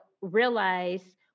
realize